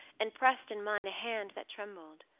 and pressed in mine a hand that trembled.